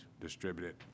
distributed